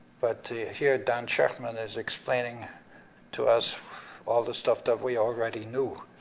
but here, dan shechtman is explaining to us all the stuff that we already knew.